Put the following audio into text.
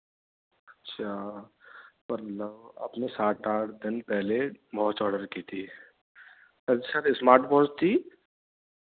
अच्छा पर लव आपने सात आठ दिन पहले वॉच ऑर्डर की थी अच्छा तो स्मार्ट वाच थी